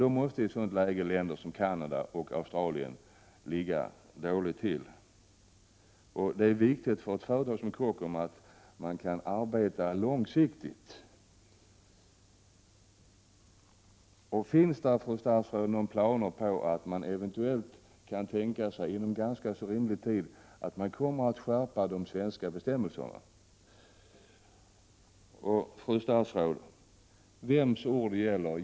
I ett sådant läge måste länder som Canada och Australien ligga illa till. Det är viktigt för företag som Kockums att man kan arbeta långsiktigt. Finns det, fru statsråd, planer som går ut på att man eventuellt kan tänka sig att inom ganska rimlig tid skärpa de svenska bestämmelserna? Och, fru statsråd, vems ord gäller?